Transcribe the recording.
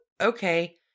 okay